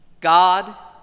God